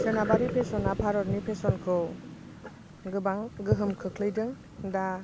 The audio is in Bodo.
सोनाबारि फेसना भारतनि फेसनखौ गोबां गोहोम खोख्लैदों दा